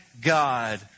God